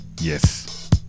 Yes